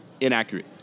inaccurate